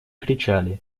кричали